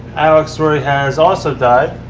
alex roy has also died.